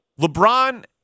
LeBron